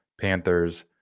Panthers